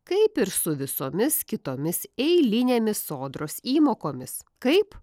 kaip ir su visomis kitomis eilinėmis sodros įmokomis kaip